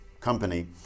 company